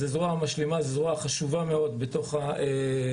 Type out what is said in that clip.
זו זרוע משלימה וחשובה מאוד בשטח.